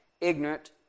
ignorant